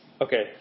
okay